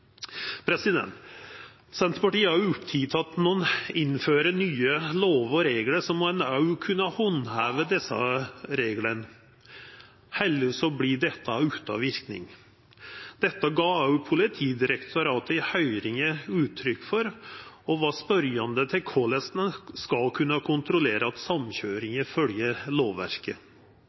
Senterpartiet er òg oppteke av at når ein innfører nye lover og reglar, må ein kunna handheva desse reglane, elles vert dette utan verknad. Dette gav Politidirektoratet uttrykk for i høyringa, og ein var spørjande til korleis ein skal kunna kontrollera at samkøyringa følgjer lovverket.